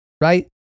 right